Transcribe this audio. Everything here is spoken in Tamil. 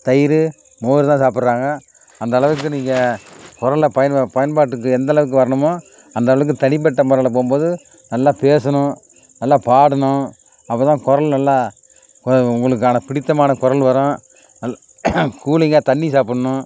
தயிர் மோர் தான் சாப்பிட்றாங்க அந்த அளவுக்கு நீங்கள் குரல்ல பயன்வ பயன்பாட்டுக்கு எந்த அளவுக்கு வரணுமோ அந்த அளவுக்கு தனிப்பட்ட முறைல போகும் போது நல்லா பேசணும் நல்லா பாடணும் அப்போ தான் குரல் நல்லா கொ உங்களுக்கான பிடித்தமான குரல் வரும் நல் கூலிங்காக தண்ணி சாப்பிட்ணும்